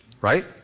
right